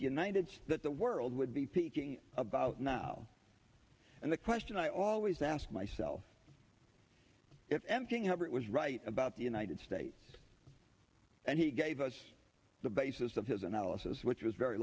the united that the world would be peaking about now and the question i always ask myself if anything ever it was right about the united states and he gave us the basis of his analysis which was very